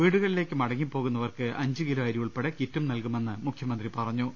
വീടുകളിലേക്ക് മടങ്ങിപ്പോകുന്നവർക്ക് അഞ്ച് കിലോ അരി ഉൾപ്പെടെ കിറ്റും നൽകുമെന്ന് മുഖ്യമന്ത്രി പറഞ്ഞു